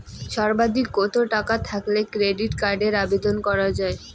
সর্বাধিক কত টাকা থাকলে ক্রেডিট কার্ডের আবেদন করা য়ায়?